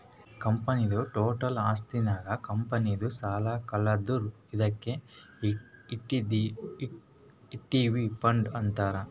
ಕಂಪನಿದು ಟೋಟಲ್ ಆಸ್ತಿ ನಾಗ್ ಕಂಪನಿದು ಸಾಲ ಕಳದುರ್ ಅದ್ಕೆ ಇಕ್ವಿಟಿ ಫಂಡ್ ಅಂತಾರ್